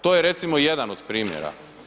To je recimo jedan od primjera.